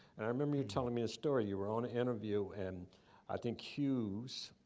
and i remember you telling me a story. you were on an interview. and i think hughes,